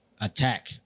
attack